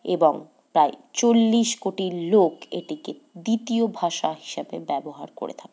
এবং প্রায় চল্লিশ কোটি লোক এটিকে দ্বিতীয় ভাষা হিসাবে ব্যবহার করে থাকে